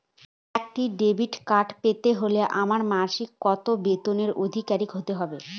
একটা debit card পেতে হলে আমার মাসিক কত বেতনের অধিকারি হতে হবে?